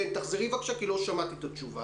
דליה, תחזרי, בבקשה, כי לא שמעתי את התשובה